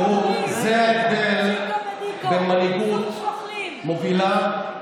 תראו, זה ההבדל בין מנהיגות מובילה,